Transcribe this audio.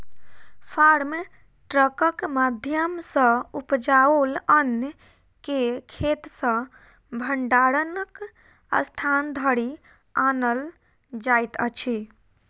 farm ट्रकक माध्यम सॅ उपजाओल अन्न के खेत सॅ भंडारणक स्थान धरि आनल जाइत अछि